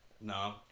No